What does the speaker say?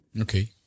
Okay